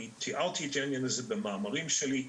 אני תיארתי אותו במאמרים שלי.